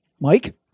Mike